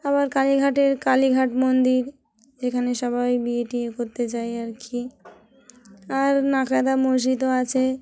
আবার কালীঘাটের কালীঘাট মন্দির যেখানে সবাই বিয়ে টিয়ে করতে যায় আর কি আর নাখোদা মসজিদও আছে